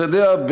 אתה יודע,